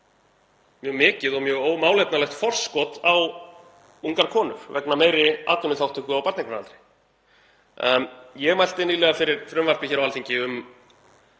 mjög mikið og mjög ómálefnalegt forskot á ungar konur vegna meiri atvinnuþátttöku á barneignaaldri. Ég mælti nýlega fyrir frumvarpi hér á Alþingi sem